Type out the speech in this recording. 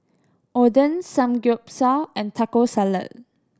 Oden Samgeyopsal and Taco Salad